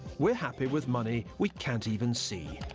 we're happy with money we can't even see.